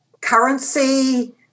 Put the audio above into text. currency